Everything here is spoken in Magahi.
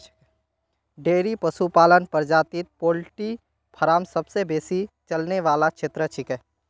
डेयरी पशुपालन प्रजातित पोल्ट्री फॉर्म सबसे बेसी चलने वाला क्षेत्र छिके